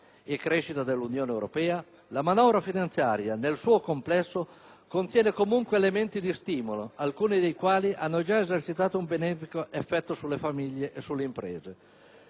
e crescita dell'Unione europea, la manovra finanziaria, nel suo complesso, contiene comunque elementi di stimolo, alcuni dei quali hanno già esercitato un benefico effetto sulle famiglie e sulle imprese.